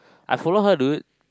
I follow her dude